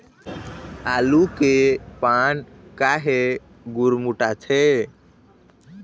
आलू के पान काहे गुरमुटाथे?